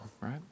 right